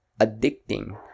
addicting